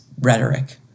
rhetoric